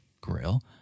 Grill